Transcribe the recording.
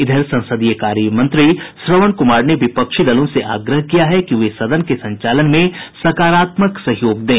इधर संसदीय कार्य मंत्री श्रवण कुमार ने विपक्षी दलों से आग्रह किया है कि वे सदन के संचालन में सकारात्मक सहयोग दें